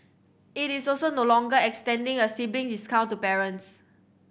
it is also no longer extending a sibling discount to parents